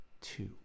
two